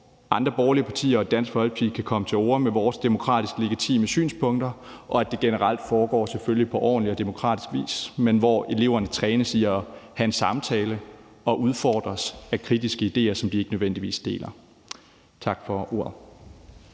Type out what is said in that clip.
andre borgerlige partier og Dansk Folkeparti kan komme til orde med vores demokratisk legitime synspunkter, og at det selvfølgelig generelt foregår på ordentlig og demokratisk vis, hvor eleverne trænes i at have en samtale og udfordres af kritiske idéer, som de ikke nødvendigvis deler. Tak for ordet.